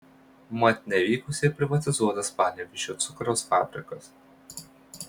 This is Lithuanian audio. mat nevykusiai privatizuotas panevėžio cukraus fabrikas